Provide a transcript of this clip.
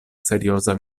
serioza